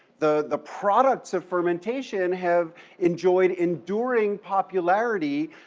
the the products of fermentation have enjoyed enduring popularity